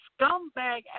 Scumbag